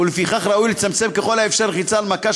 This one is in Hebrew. ולפיכך ראוי לצמצם ככל האפשר לחיצה על מקש